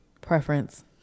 preference